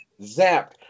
zapped